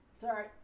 sorry